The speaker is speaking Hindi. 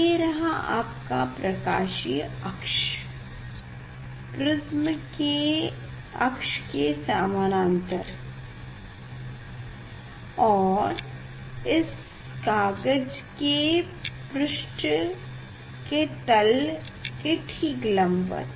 ये रहा इसका प्रकाशीय अक्ष प्रिस्म के अक्ष के सामानन्तर और इस कागज़ के पृष्ठ के तल के ठीक लम्बवत